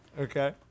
Okay